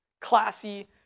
Classy